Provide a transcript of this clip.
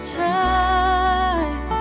time